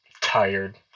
tired